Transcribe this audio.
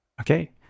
Okay